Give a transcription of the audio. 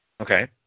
Okay